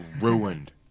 ruined